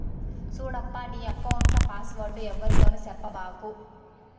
సూడప్పా, నీ ఎక్కౌంట్ల పాస్వర్డ్ ఎవ్వరితోనూ సెప్పబాకు